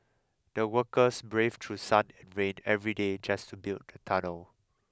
the workers braved through sun and rain every day just to build the tunnel